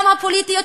גם הפוליטיות,